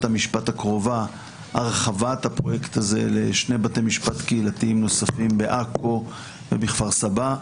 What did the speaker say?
המשפט הקרובה הרחבת הפרויקט הזה לשני בתי משפט נוספים בעכו ובכפר סבא,